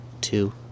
two